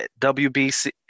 WBC